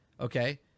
okay